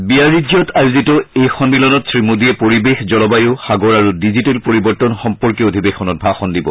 বিয়াৰিট্জত আয়োজিত এই সম্মিলনত শ্ৰীমোডীয়ে পৰিৱেশ জলবায়ু সাগৰ আৰু ডিজিটেল পৰিৱৰ্তন সম্পৰ্কীয় অধিৱেশনত ভাষণ দিব